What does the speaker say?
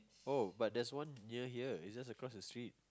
oh but there's one near here it's just across the street